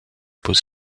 beaux